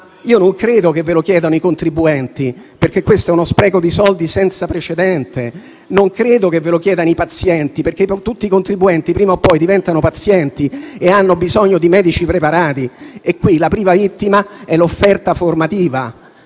Io non credo che ve lo chiedano i contribuenti, perché questo è uno spreco di soldi senza precedenti. Non credo che ve lo chiedano i pazienti, perché tutti i contribuenti, prima o poi, diventano pazienti e hanno bisogno di medici preparati. E qui la prima vittima è proprio l'offerta formativa.